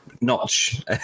notch